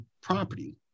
property